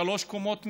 שלוש קומות מעל,